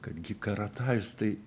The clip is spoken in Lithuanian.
kad gi karatajus tai